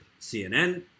CNN